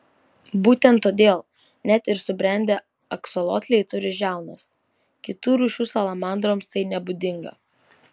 būtent todėl net ir subrendę aksolotliai turi žiaunas kitų rūšių salamandroms tai nebūdinga